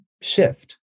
shift